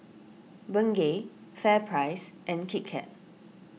Bengay FairPrice and Kit Kat